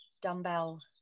dumbbell